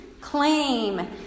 Claim